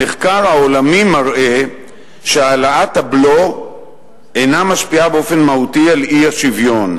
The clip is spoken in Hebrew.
המחקר העולמי מראה שהעלאת הבלו אינה משפיעה באופן מהותי על האי-שוויון.